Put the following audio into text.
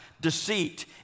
deceit